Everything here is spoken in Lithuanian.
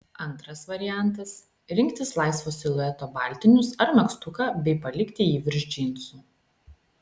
antras variantas rinktis laisvo silueto baltinius ar megztuką bei palikti jį virš džinsų